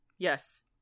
Yes